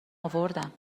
آوردم